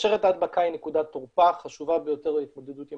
שרשרת ההדבקה היא נקודת תורפה חשובה ביותר להתמודדות עם